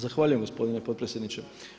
Zahvaljujem, gospodine potpredsjedniče.